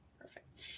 Perfect